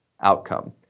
outcome